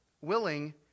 willing